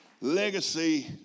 legacy